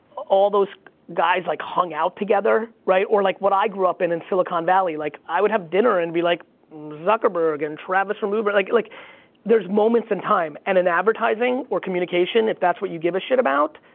all those guys like hung out together, right? or like, what i grew up in in silicon valley, like, i would have dinner and be like zuckerberg, and travis from uber, like like there's moments in time, and in advertising or communication, if that's what you give a shit about,